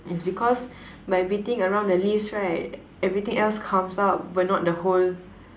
is because by beating around the leaves right everything else comes out but not the whole